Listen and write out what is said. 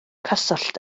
cyswllt